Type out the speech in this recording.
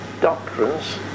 doctrines